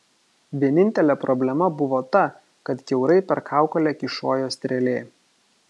vienintelė problema buvo ta kad kiaurai per kaukolę kyšojo strėlė